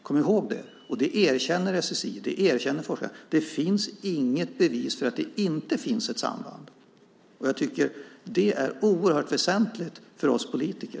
Kom ihåg det! Det erkänner SSI och forskare. Det finns inget bevis för att det inte finns ett samband. Jag tycker att det är oerhört väsentligt för oss politiker.